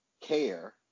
care